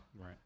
Right